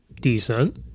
decent